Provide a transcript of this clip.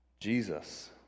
Jesus